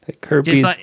Kirby's